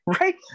Right